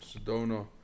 sedona